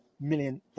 million